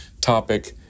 topic